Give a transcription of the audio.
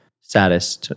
status